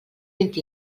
vint